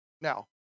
Now